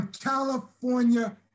California